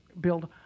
build